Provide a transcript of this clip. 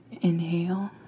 inhale